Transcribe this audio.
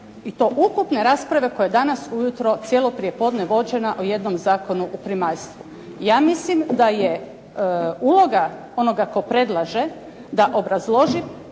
i to ukupne rasprave koja je danas ujutro, cijelo prijepodne vođena o jednom Zakonu o primaljstvu. Ja mislim da je uloga onoga tko predlaže da obrazloži